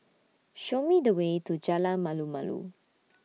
Show Me The Way to Jalan Malu Malu